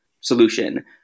solution